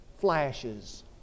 flashes